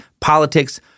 politics